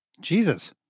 jesus